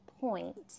point